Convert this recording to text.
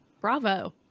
bravo